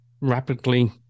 rapidly